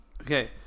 okay